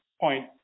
point